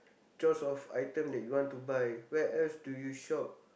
choice of item that you want to buy where else do you shop